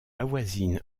avoisine